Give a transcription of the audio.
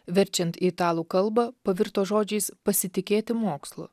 verčiant į italų kalbą pavirto žodžiais pasitikėti mokslu